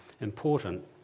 important